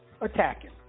attacking